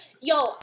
Yo